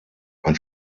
ein